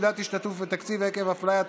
שלילת השתתפות בתקציב עקב הפליה),